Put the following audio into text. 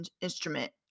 instrument